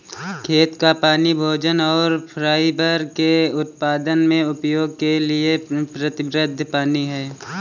खेत का पानी भोजन और फाइबर के उत्पादन में उपयोग के लिए प्रतिबद्ध पानी है